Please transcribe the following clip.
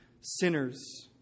Sinners